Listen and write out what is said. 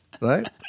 right